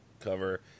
cover